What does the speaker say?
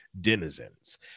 denizens